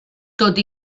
tot